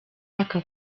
aka